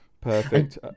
perfect